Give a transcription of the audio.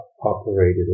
operated